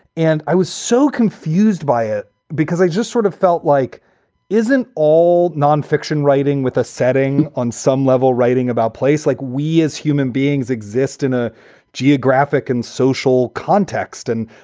and i was so confused by it because i just sort of felt like isn't all nonfiction writing with a setting on some level writing about place like we as human beings exist in a geographic and social context. and,